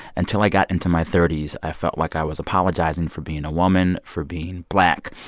until i got into my thirty s, i felt like i was apologizing for being a woman, for being black.